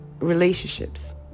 Relationships